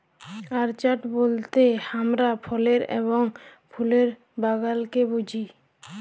orchard বলতে হামরা ফলের এবং ফুলের বাগালকে বুঝি